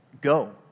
Go